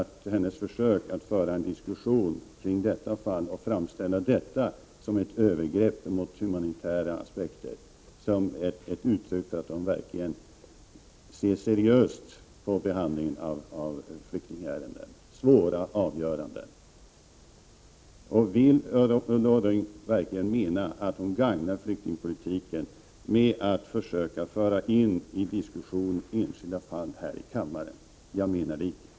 Men hennes försök att föra en diskussion kring detta fall och framställa det som ett övergrepp mot de humanitära aspekterna kan jag inte uppfatta som ett uttryck för att hon verkligen ser seriöst på behandlingen av flyktingären den, som ofta handlar om svåra avgöranden. Menar verkligen Ulla Orring att det gagnar flyktingpolitiken att försöka föra in enskilda fall i diskussionen här i kammaren? Jag menar det inte.